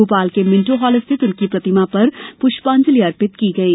भोपाल के मिन्टोहाल स्थिल उनकी प्रतिमा पर प्रष्पांजलि अर्पित की गयी